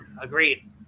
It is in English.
Agreed